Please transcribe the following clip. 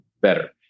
better